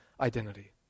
identity